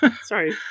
Sorry